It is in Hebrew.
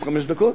עוד חמש דקות?